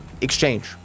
exchange